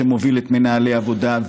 שמוביל את מנהלי העבודה,